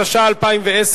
התשע"א 2010,